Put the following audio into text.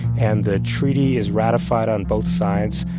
and the treaty is ratified on both sides,